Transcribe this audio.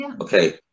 Okay